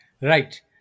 right